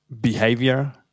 behavior